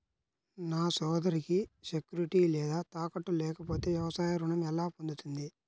నా సోదరికి సెక్యూరిటీ లేదా తాకట్టు లేకపోతే వ్యవసాయ రుణం ఎలా పొందుతుంది?